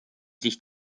sich